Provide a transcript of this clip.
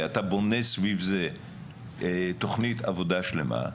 ובונה סביב זה תכנית עבודה שלמה.